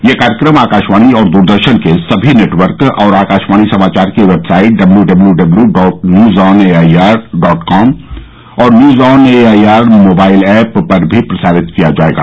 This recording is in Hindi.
यह कार्यक्रम आकाशवाणी और द्रदर्शन के सभी नेटवर्क और आकशवाणी समाचार की website W W W dot news on A I R dot com और news on A I R mobile app पर भी प्रसारित किया जाएगा